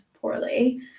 poorly